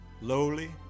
lowly